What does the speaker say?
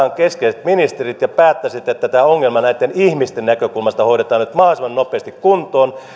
ottaisitte kasaan keskeiset ministerit ja päättäisitte että tämä ongelma näitten ihmisten näkökulmasta hoidetaan nyt mahdollisimman nopeasti kuntoon